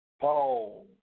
Paul